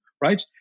right